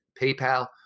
PayPal